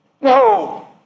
No